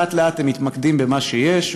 לאט-לאט הם מתמקדים במה שיש,